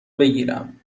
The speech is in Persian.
بگیرم